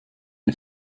ein